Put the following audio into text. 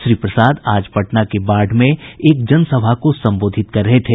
श्री प्रसाद आज पटना के बाढ़ में एक जन सभा को संबोधित कर रहे थे